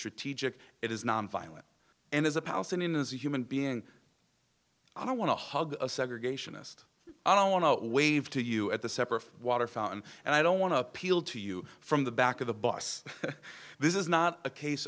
strategic it is nonviolent and as a palestinian as a human being i don't want to hug a segregationist i don't want to wave to you at the separate water fountain and i don't want to appeal to you from the back of the bus this is not a case